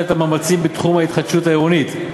את המאמצים בתחום ההתחדשות העירונית,